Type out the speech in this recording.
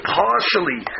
partially